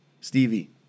Stevie